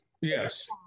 yes